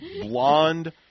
blonde